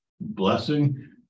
Blessing